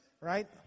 right